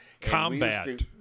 Combat